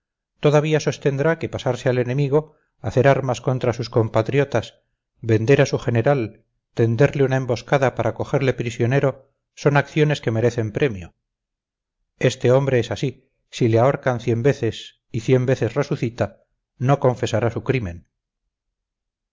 todavía sostendrá que pasarse al enemigo hacer armas contra sus compatriotas vender a su general tenderle una emboscada para cogerle prisionero son acciones que merecen premio este hombre es así si le ahorcan cien veces y cien veces resucita no confesará su crimen